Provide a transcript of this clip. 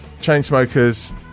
Chainsmokers